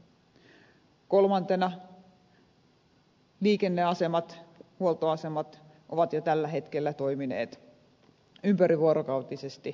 kolmantena liikenneasemat huoltoasemat ovat jo tällä hetkellä toimineet ympärivuorokautisesti ympäriviikkoisesti